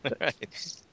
Right